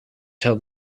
tell